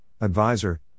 Advisor